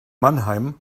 mannheim